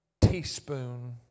teaspoon